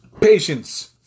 Patience